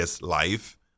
life